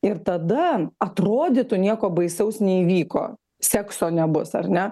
ir tada atrodytų nieko baisaus neįvyko sekso nebus ar ne